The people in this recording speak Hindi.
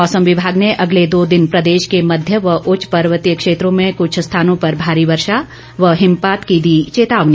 मौसम विभाग ने अगले दो दिन प्रदेश के मध्य व उच्च पर्वतीय क्षेत्रों में कुछ स्थानों पर भारी वर्षा व हिमपात की दी चेतावनी